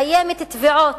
קיימות תביעות,